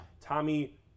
Tommy